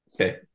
Okay